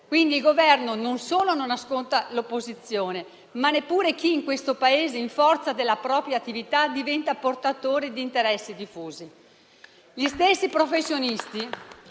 Quindi, il Governo non solo non ascolta l'opposizione, ma neppure chi, in questo Paese, in forza della propria attività, diventa portatore di interessi diffusi.